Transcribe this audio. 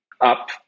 up